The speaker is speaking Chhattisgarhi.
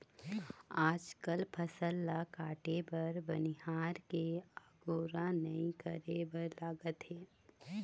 आजकाल फसल ल काटे बर बनिहार के अगोरा नइ करे बर लागत हे